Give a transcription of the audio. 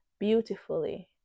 beautifully